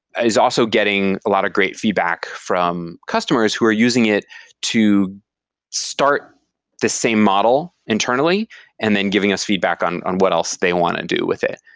it's also getting a lot of great feedback from customers who are using it to start the same model internally and then giving us feedback on on what else they want to do with it.